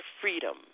freedom